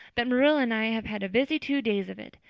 that marilla and i have had a busy two days of it.